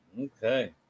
Okay